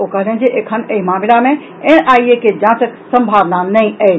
ओ कहलनि जे एखन एहि मामिला मे एनआईए के जांचक संभावना नहि अछि